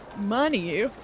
money